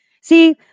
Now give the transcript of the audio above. See